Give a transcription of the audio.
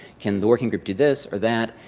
can the working group do this or that?